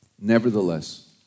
Nevertheless